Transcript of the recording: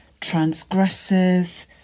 transgressive